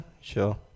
sure